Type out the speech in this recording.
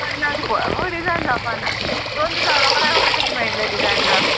पडलां पय पय डिजायन जावपा ना दोन दिसा रोकड्या रोकडे कशी मेळ्ळे डिजायन जावन